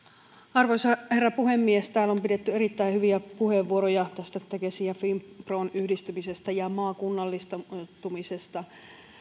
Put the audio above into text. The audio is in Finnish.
arvoisa herra puhemies täällä on pidetty erittäin hyviä puheenvuoroja tästä tekesin ja finpron yhdistymisestä ja maakunnallistumisesta